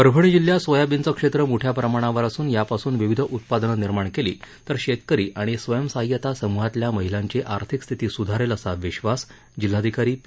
परभणी जिल्ह्यात सोयाबीनचं क्षेत्र मोठ्या प्रमाणावर असून यापासून विविध उत्पादनं निर्माण केली तर शेतकरी आणि स्वयंसहाय्यता समुहातल्या महिलांची आर्थिक स्थिती सुधारेल असा विश्वास जिल्हाधिकारी पी